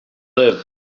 live